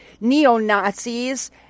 neo-Nazis